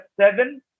seven